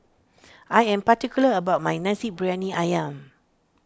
I am particular about my Nasi Briyani Ayam